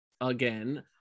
again